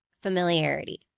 familiarity